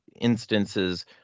instances